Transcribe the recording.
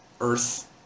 earth